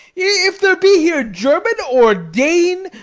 if there be here german, or dane,